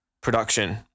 production